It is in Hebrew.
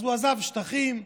אז הוא עזב שטחים,